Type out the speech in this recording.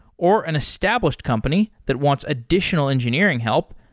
or an established company that wants additional engineering help,